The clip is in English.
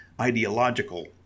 ideological